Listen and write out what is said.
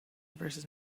versus